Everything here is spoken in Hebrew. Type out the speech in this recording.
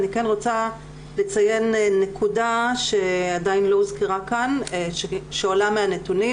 אני כן רוצה לציין נקודה שעדיין לא הוסברה כאן שעולה מהנתונים,